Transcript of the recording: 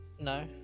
No